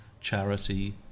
charity